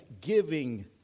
giving